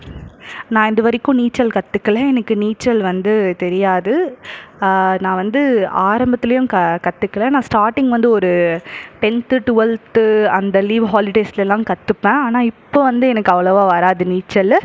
நான் இதுவரைக்கும் நீச்சல் கற்றுக்கல எனக்கு நீச்சல் வந்து தெரியாது நான் வந்து ஆரம்பத்திலையும் க கற்றுக்கல நான் ஸ்டாட்டிங் வந்து ஒரு டென்த்து டுவல்த்து அந்த லீவ் ஹாலிடேஸ்லெல்லாம் கற்றுப்பேன் ஆனால் இப்போ வந்து எனக்கு அவ்வளவாக வராது நீச்சல்